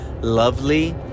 lovely